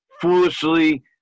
foolishly